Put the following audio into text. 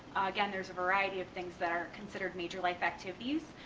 again there's a variety of things that are considered major life activities.